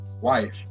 wife